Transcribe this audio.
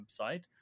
website